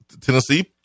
Tennessee